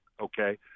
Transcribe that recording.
okay